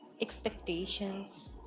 expectations